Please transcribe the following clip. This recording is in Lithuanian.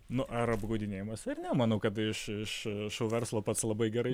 nu ar apgaudinėjimas ar ne manau kad iš iš šou verslo pats labai gerai